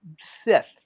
Sith